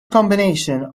combination